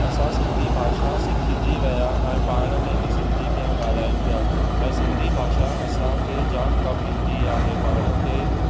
असां सिंधी भाषा सिखिजी विया ऐं पाण में बि सिंधी पिया ॻाल्हायूं पिया ऐं सिंधी भाषा असांखे जामु कमु ईंदी आहे पाण खे